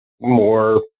more